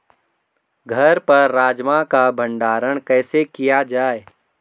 घर पर राजमा का भण्डारण कैसे किया जाय?